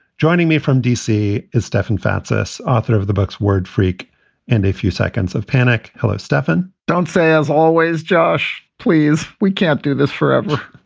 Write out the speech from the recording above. joining me from d c. is stefan fatsis, author of the books word freak and a few seconds of panic. hello, stefan don't say as always, josh, please. we can't do this forever